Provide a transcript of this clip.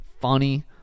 Funny